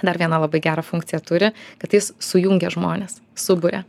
dar vieną labai gerą funkciją turi kad jis sujungia žmones suburia